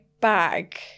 bag